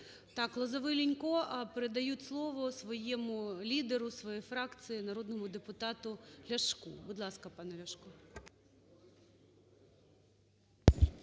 так, Лозовой, Лінько передають слово своєму лідеру своєї фракції народному депутату Ляшку. Будь ласка, пане Ляшко.